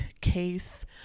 case